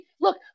look